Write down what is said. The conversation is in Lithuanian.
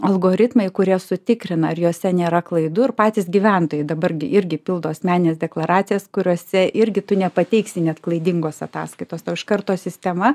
algoritmai kurie sutikrina ar jose nėra klaidų ir patys gyventojai dabar gi irgi pildo asmenines deklaracijas kuriose irgi tu nepateiksi net klaidingos ataskaitos tau iš karto sistema